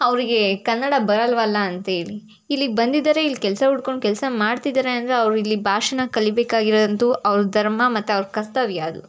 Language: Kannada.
ಅವ್ರಿಗೆ ಕನ್ನಡ ಬರಲ್ಲವಲ್ಲ ಅಂತೇಳಿ ಇಲ್ಲಿಗೆ ಬಂದಿದ್ದಾರೆ ಇಲ್ಲಿ ಕೆಲಸ ಹುಡ್ಕೊಂಡು ಕೆಲಸ ಮಾಡ್ತಿದ್ದಾರೆ ಅಂದರೆ ಅವ್ರು ಇಲ್ಲಿ ಭಾಷೇನ ಕಲಿಯಬೇಕಾಗಿರೋದಂತೂ ಅವ್ರ ಧರ್ಮ ಮತ್ತು ಅವ್ರ ಕರ್ತವ್ಯ ಅದು